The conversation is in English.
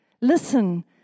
Listen